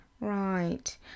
Right